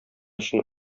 өчен